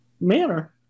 manner